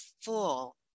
full